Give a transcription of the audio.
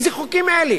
איזה חוקים אלה?